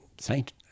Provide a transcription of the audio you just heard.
saint